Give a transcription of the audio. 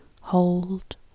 hold